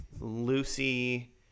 lucy